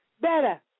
Better